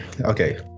okay